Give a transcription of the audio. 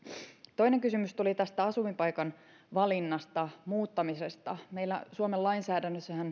toinen kysymys tuli tästä asuinpaikan valinnasta muuttamisesta meillähän suomen lainsäädännössä